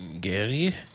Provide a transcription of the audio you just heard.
Gary